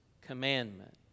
commandment